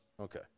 okay